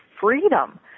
freedom